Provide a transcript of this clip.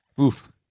Oof